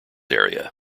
area